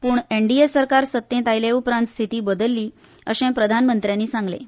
पूण एनडीए सरकार सत्तेंत आयले उपरोत स्थिती बदल्ली अशें प्रधानमंत्र्यांनी सांगलें